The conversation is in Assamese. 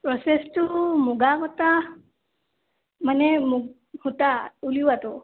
প্ৰ'চেছটো মুগা সূতা মানে মুগা সূতা উলিওৱাটো